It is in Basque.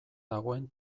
dagoen